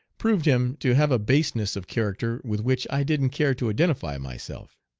proved him to have a baseness of character with which i didn't care to identify myself.